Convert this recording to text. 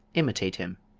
imitate him.